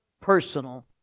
personal